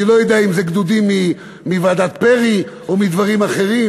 אני לא יודע אם זה גדודים מוועדת פרי או מדברים אחרים,